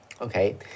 okay